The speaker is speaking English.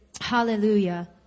Hallelujah